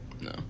No